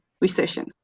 recession